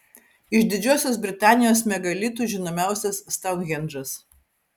iš didžiosios britanijos megalitų žinomiausias stounhendžas